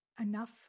enough